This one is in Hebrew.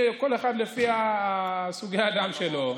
כל אחד וסוגי הדם שלו.